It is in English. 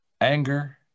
anger